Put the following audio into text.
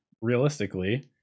realistically